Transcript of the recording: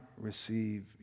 receive